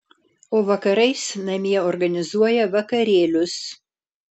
o vakarais namie organizuoja vakarėlius